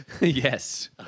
Yes